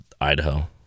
Idaho